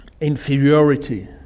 inferiority